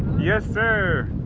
yes sir,